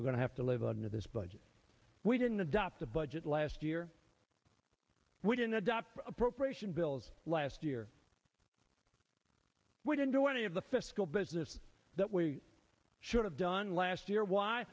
we're going to have to live under this budget we didn't adopt a budget last year we didn't adopt appropriation bills last year we didn't do any of the fiscal business that we should have done last year why